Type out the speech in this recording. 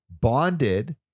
bonded